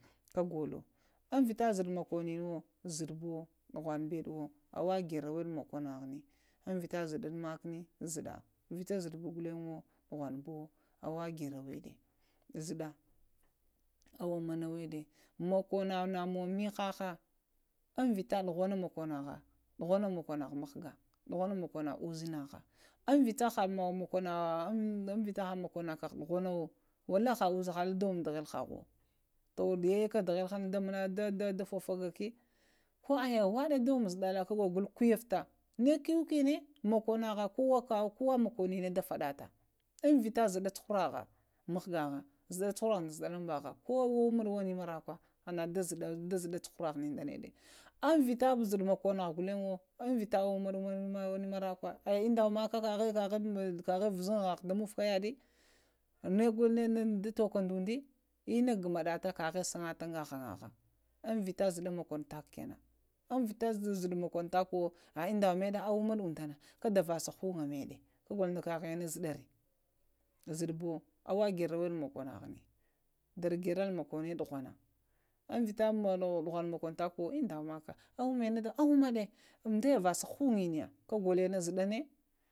Kəgolo ŋ vita dzaɗu bə mokon? Nuwo zəɗ buwo ɗugh wan məɗuwo awagera wa we ɗe mokonə ghini? Vita zə ɗaɓwo mako zaɗa, vita zəɗwe bo ghuləg ɗughaŋbuwo, əwəb garə wəɗə zəɗa əwama na wə ɗa, mokona ŋəwuŋ məhəŋ vita dughana mokonəghinə dughunə mokonəghəŋə mghgə, ɗughanə mokonə uszanna vita na mokonə kə ghvənəwo wallahi ha ŋdo da womŋ dəghal hagha vuwo, tuh yayakə ɗaghalhə na da fafa dagakə, daghalhana, kuh əe wanə da wumac zaɗala kagalo go ka kufta ŋ kuyəkənə, mokona ghva koə kanən mokoninə da faɗata ŋ vita zəɗa civuhuraha mghgaha zəɗa da zaɗalaŋbagha ko wuwum ydə wanə marakwa, ɗazaɗa cu-huran ɗoghana əeng vita zəduɓwo mokonaghanənə ghulaŋwo əeŋ vita wawama wanə maralawə əe indawa maha kaka vuŋanto ghnjaha ɗa muvu kayaɗə maya golo əe da tuwuka da umdə inna ghnmadato kagha sagata ŋdaghnagha ŋ vita zəduɓa mokonaha kənəŋ ŋ vita zuɗubu mokanahowo takuwo acva unɗə məɗə awunməɗ unduna kada və sa ŋunga məɗa kəgolo ŋdəka ghvaya na zəɗa rə zədubuwo awə gharolo wə ɗo mokonaghənə, ɗərə ghəral mohono ŋga ŋə ɗughunə ŋ vita ɗughunə mokono ta kuwə əɛŋdawa mahuŋə dawuma awuma də və sa huŋanəya kagolo ɓalə mə zəɗarə kagolo